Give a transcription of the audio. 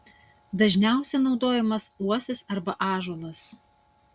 dažniausiai naudojamas uosis arba ąžuolas